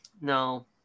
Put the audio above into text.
No